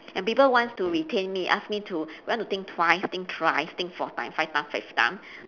and people wants to retain me ask me to you want to think twice think thrice think four times five times fifth times